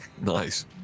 Nice